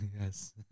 Yes